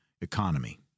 economy